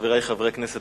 חברי חברי הכנסת,